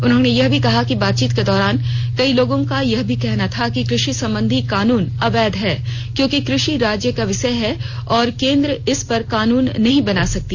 उन्होंने यह भी कहा कि बातचीत के दौरान कई लोगों का यह भी कहना था कि कृषि संबंधी कानून अवैध हैं क्योांकि कृषि राज्य का विषय है और केन्द्र इस पर कानून नहीं बना सकता